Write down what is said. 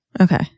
Okay